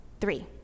three